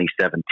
2017